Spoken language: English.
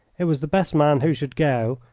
it was the best man who should go,